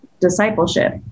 discipleship